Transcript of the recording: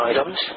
items